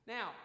Now